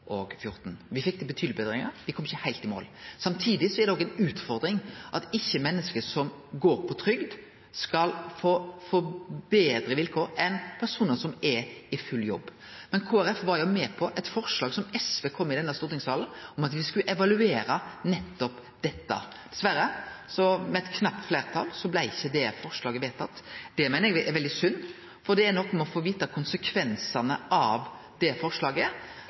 fekk til betydelege betringar, men me kom ikkje heilt i mål. Samtidig er det òg ei utfordring at ikkje menneske som går på trygd, skal få betre vilkår enn personar som er i full jobb. Men Kristeleg Folkeparti var jo med på eit forslag som SV kom med i denne stortingssalen, om at me skulle evaluere nettopp dette. Dessverre blei det forslaget med eit knapt fleirtal ikkje vedtatt. Det meiner eg er veldig synd, for det er noko med å få vite konsekvensane av det forslaget.